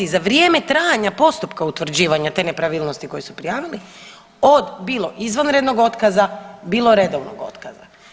vrijeme trajanja postupka utvrđivanja te nepravilnosti koju su prijavili od bilo izvanrednog otkaza, bilo redovnog otkaza.